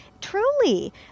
truly